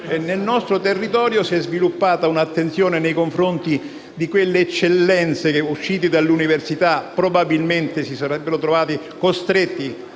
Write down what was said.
Nel nostro territorio si è sviluppata un'attenzione nei confronti delle eccellenze uscite dalle università, che probabilmente sarebbero state costrette